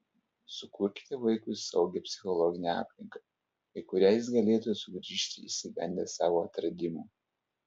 sukurkite vaikui saugią psichologinę aplinką į kurią jis galėtų sugrįžti išsigandęs savo atradimų